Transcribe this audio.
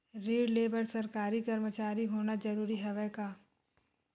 ऋण ले बर सरकारी कर्मचारी होना जरूरी हवय का?